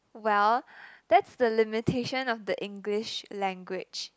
well that's the limitation of the English language